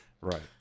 Right